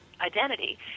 identity